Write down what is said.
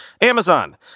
Amazon